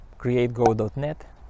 creatego.net